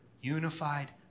unified